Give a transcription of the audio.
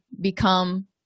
become